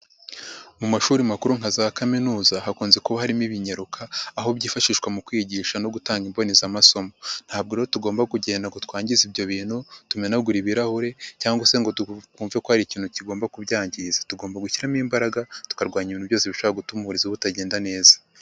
Mu mashuri makuru nka za kaminuza hakunze kuba harimo ibinyaruka aho byifashishwa mu kwigisha no gutanga imbonezamasomo, ntabwo rero tugomba kugenda ngo twangize ibyo bintu, tumenagura ibirahure cyangwa se ngo twumve ko hari ikintu kigomba kubyangiza, tugomba gushyiramo imbaraga tukarwanya ibintu byose bishobora gutuma uburezi butagenda neza.